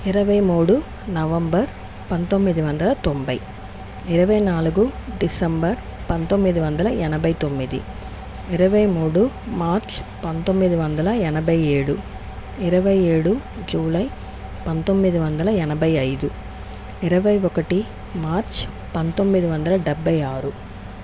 ఇరువై మూడు నవంబర్ పంతొమ్మిది వందల తొంభై ఇరవై నాలుగు డిసెంబర్ పంతొమ్మిది వందల ఎనభై తొమ్మిది ఇరువై మూడు మార్చ్ పంతొమ్మిది వందల ఎనభై ఏడు ఇరువై ఏడు జూలై పంతొమ్మిది వందల ఎనభై ఐదు ఇరవై ఒకటి మార్చ్ పంతొమ్మిది వందల డెబ్బై ఆరు